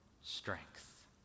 strength